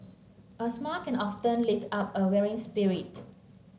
a smile can often lift up a weary spirit